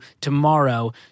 tomorrow